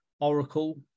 Oracle